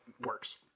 works